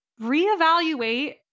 reevaluate